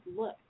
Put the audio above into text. look